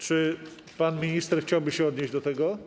Czy pan minister chciałby się odnieść do tego?